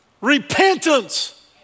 repentance